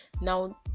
now